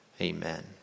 Amen